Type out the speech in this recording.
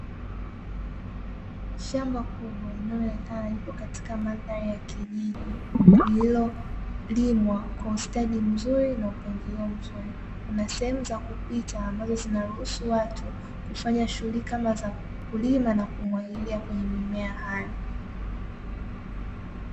Shamba kubwa linaloenekana lipo katika mandhari ya kijiji, lililolimwa kwa ustadi mzuri na mpangilio mzuri, kuna sehemu za kupita zinazoruhusu watu kufanya shughuli kama kulima na kumwagilia kwenye mimea haya.